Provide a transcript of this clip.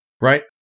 right